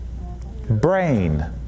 Brain